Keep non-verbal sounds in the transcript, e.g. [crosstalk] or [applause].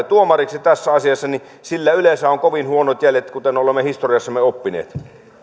[unintelligible] tuomariksi tässä asiassa niin sillä yleensä on kovin huonot jäljet kuten olemme historiastamme oppineet